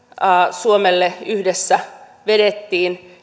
suomelle yhdessä vedettiin